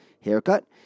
haircut